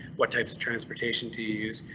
what types of transportation to use?